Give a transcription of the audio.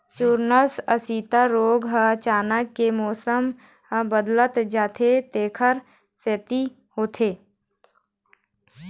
चूर्निल आसिता रोग ह अचानक ले मउसम ह बदलत जाथे तेखर सेती होथे